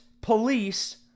police